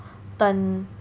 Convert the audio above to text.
mm